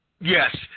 Yes